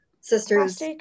sister's